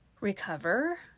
recover